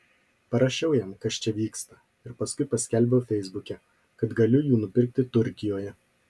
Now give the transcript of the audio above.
parašiau jam kas čia vyksta ir paskui paskelbiau feisbuke kad galiu jų nupirkti turkijoje